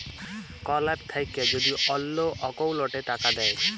call app থাক্যে যদি অল্লো অকৌলটে টাকা দেয়